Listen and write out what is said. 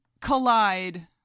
collide